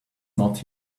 not